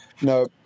No